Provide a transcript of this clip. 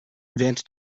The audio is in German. während